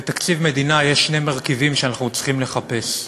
בתקציב מדינה יש שני מרכיבים שאנחנו צריכים לחפש: